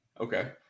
Okay